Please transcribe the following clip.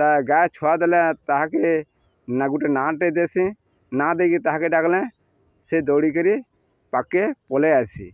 ତା ଗାଏ ଛୁଆ ଦେଲେ ତାହାକେ ନା ଗୁଟେ ନାଁଟେ ଦେସି ନାଁ ଦେଇକି ତାହାକେ ଡାକଲ ସେ ଦୌଡ଼ିକିରି ପାଖକେ ପଲେଇ ଆସି